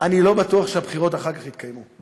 אני לא בטוח שהבחירות אחר כך יתקיימו.